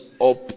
up